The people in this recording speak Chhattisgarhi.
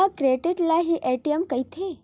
का क्रेडिट ल हि ए.टी.एम कहिथे?